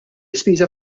ispiża